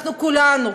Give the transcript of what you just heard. ואנחנו כולנו,